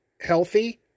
healthy